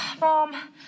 mom